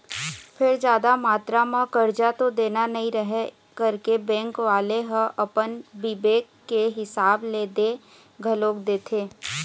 फेर जादा मातरा म करजा तो देना नइ रहय करके बेंक वाले ह अपन बिबेक के हिसाब ले दे घलोक देथे